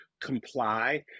comply